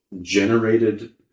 generated